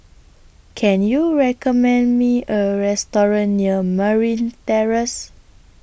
Can YOU recommend Me A Restaurant near Merryn Terrace